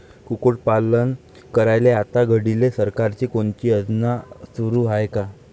कुक्कुटपालन करायले आता घडीले सरकारची कोनची योजना सुरू हाये का?